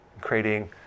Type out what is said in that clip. creating